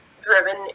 driven